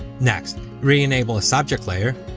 next, re-enable the subject layer,